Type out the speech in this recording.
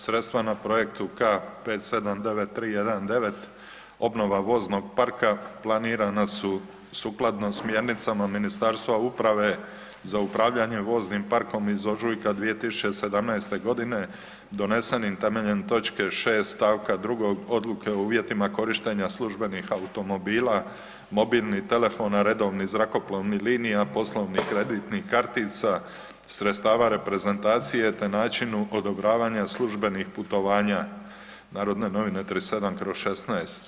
Sredstva na projektu K579319 obnova voznog parka planirana su sukladno smjernicama Ministarstva uprave za upravljanje voznim parkom iz ožujka 2017. godine donesenim temeljem točke 6. stavka 2. Odluke o uvjetima korištenja službenih automobila, mobilnih telefona, redovnih zrakoplovnih linija, poslovnih kreditnih kartica, sredstava reprezentacije te načinu odobravanja službenih putovanja, Narodne novine 37/16.